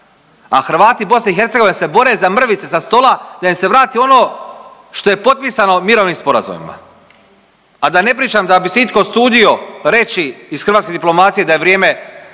a Hrvati BiH se bore za mrvice sa stola da im se vrati ono što je potpisano mirovnim sporazumima, a da ne pričam da bi se itko usudio reći iz hrvatske diplomacije da je vrijeme